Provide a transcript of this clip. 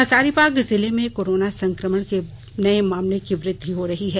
हजारीबाग जिले में कोरोना संकमण के नये मामलों में वृद्धि हो रही है